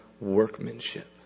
workmanship